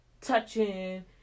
touching